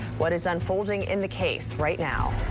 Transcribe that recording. what is unfolding in the case right now.